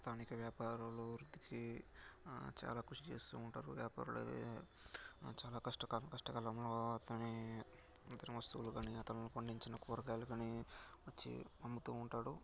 స్థానిక వ్యాపారులు వృద్ధికి చాలా కృషి చేస్తూ ఉంటారు వ్యాపారుల చాలా కష్టకాలం చాలా కష్టకాలంలో అతని నిరంతర వస్తువులు కానీ అతను పండించిన కూరగాయలు కానీ వచ్చి అమ్ముతూ ఉంటాడు